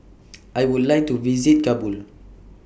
I Would like to visit Kabul